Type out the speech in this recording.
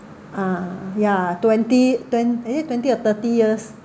ah ya twenty twen~ eh twenty or thirty years